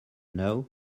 know